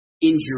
injury